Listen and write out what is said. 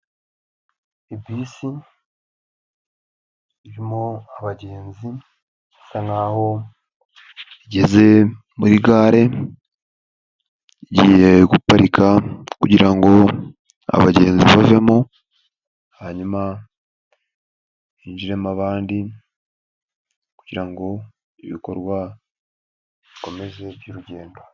Ibisi irimo abagenzi isa nk'aho igeze muri gare, igiye guparika kugira ngo abagenzi bavemo hanyuma injiremo abandi, kugira ngo ibikorwa bikomeze by'urugendo.